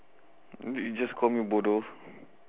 did you just call me bodoh